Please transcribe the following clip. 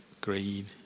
greed